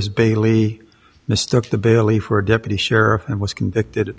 his bayley mistook the belief for a deputy sheriff and was convicted